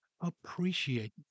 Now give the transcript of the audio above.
Appreciate